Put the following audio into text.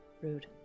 Rude